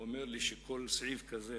כל סעיף כזה